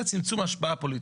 זה צמצום השפעה פוליטית.